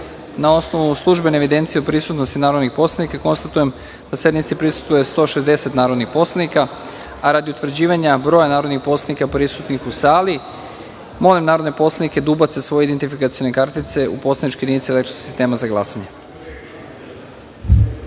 osnovu službene evidencije o prisutnosti narodnih poslanika konstatujem da sednici prisustvuje 160 narodnih poslanika, a radi utvrđivanja broja narodnih poslanika prisutnih u sali molim narodne poslanike da ubace svoje identifikacione kartice u poslaničke jedinice elektronskog sistema za